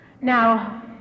Now